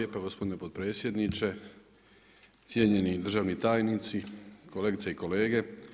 Hvala lijepa gospodine potpredsjedniče, cijenjeni državni tajnici, kolegice i kolege.